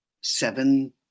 seven